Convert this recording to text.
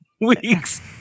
week's